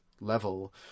level